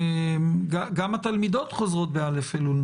גם התלמידות חוזרות בא' אלול,